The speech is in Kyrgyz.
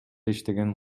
иштеген